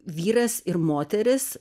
vyras ir moteris